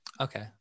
Okay